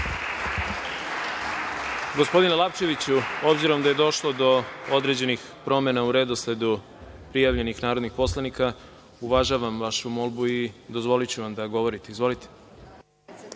Lapčeviću, obzirom da je došlo do određenih promena u redosledu prijavljenih narodnih poslanika, uvažavam vašu molbu i dozvoliću vam da govorite. Izvolite.